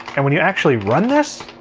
and when you actually run this,